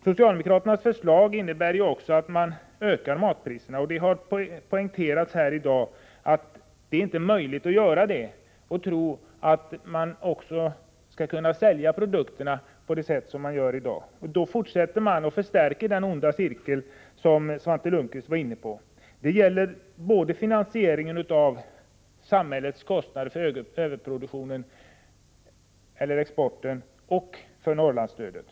Socialdemokraternas förslag innebär också att matpriserna ökas. Det har poängterats här i dag att det inte är möjligt att göra detta och samtidigt tro att produkterna skall kunna säljas i samma utsträckning som i dag. Man förvärrar den onda cirkel som Svante Lundkvist talade om. Detta gäller finansieringen av samhällets kostnader både för överproduktionen och exporten samt för Norrlandsstödet.